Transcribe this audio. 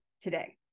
today